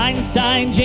Einstein